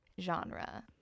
genre